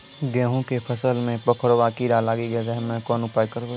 गेहूँ के फसल मे पंखोरवा कीड़ा लागी गैलै हम्मे कोन उपाय करबै?